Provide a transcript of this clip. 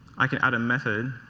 i could add a method